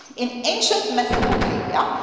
in ancient mesopotamia,